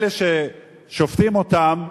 אלה ששופטים אותם,